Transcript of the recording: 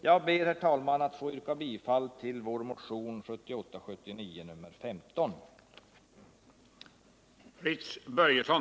Jag ber, herr talman, att få yrka bifall till vår motion 1978/79:15.